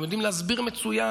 הם יודעים להסביר מצוין,